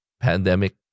pandemic